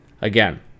Again